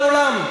לעולם?